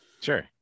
sure